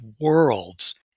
worlds